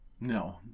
No